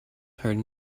heard